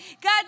God